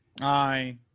Aye